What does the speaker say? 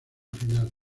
final